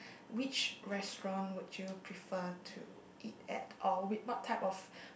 which restaurant would you prefer to eat at or which what type of